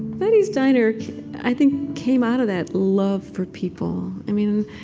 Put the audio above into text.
betty's diner i think, came out of that love for people. i mean,